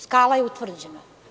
Skala je utvrđena.